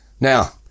Now